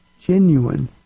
genuine